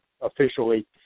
officially